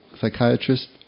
psychiatrist